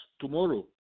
tomorrow